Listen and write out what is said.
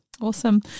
Awesome